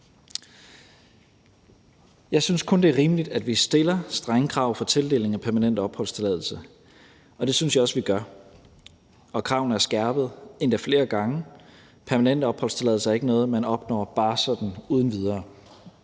Jeg synes kun, det er rimeligt, at vi stiller strenge krav for tildeling af permanent opholdstilladelse. Det synes jeg også vi gør, og kravene er skærpet, endda flere gange. Permanent opholdstilladelse er ikke noget, man opnår bare sådan uden videre.